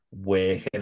working